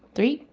three,